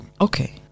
Okay